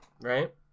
right